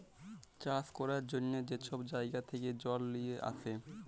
চাষ ক্যরার জ্যনহে যে ছব জাইগা থ্যাকে জল লিঁয়ে আসে